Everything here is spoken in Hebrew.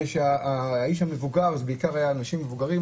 זה בעיקר היה אנשים מבוגרים,